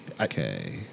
Okay